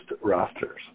rosters